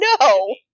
No